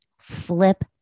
Flip